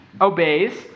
obeys